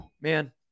Man